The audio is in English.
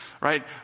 right